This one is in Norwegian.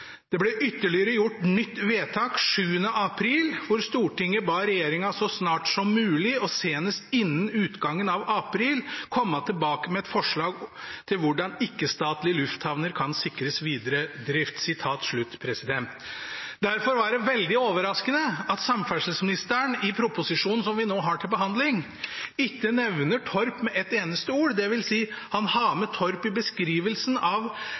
Det ble ytterligere gjort nytt vedtak 7. april, der Stortinget ba regjeringen «så snart som mulig, og senest innen utgangen av april, komme tilbake med et forslag til hvordan ikke-statlige lufthavner kan sikres videre drift». Derfor var det veldig overraskende at samferdselsministeren i proposisjonen som vi nå har til behandling, ikke nevner Torp med et eneste ord, dvs. han har med Torp i beskrivelsen av